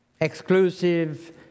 exclusive